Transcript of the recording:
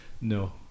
no